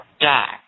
die